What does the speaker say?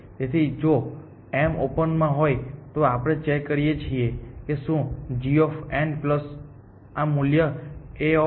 તેથી જો m open માં હોય તો આપણે ચેક કરીએ છીએ કે શું g પ્લસ આ મૂલ્ય Anm